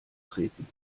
treten